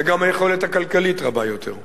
וגם היכולת הכלכלית רבה יותר.